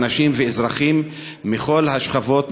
אנשים ואזרחים מכל השכבות,